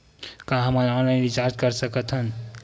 का हम online recharge कर सकत हन?